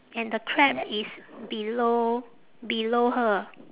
and the crab is below below her